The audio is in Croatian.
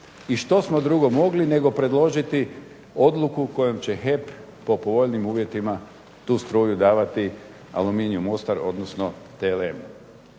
I što smo drugo mogli nego predložiti odluku kojom će HEP po povoljnijim uvjetima tu struju davati Aluminiju Mostar, odnosno TLM-u?